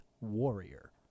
warrior